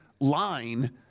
line